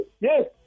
Yes